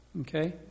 Okay